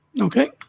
Okay